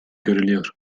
görülüyor